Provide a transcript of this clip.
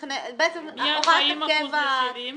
מ-40 אחוזים ל-70 אחוזים.